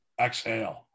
exhale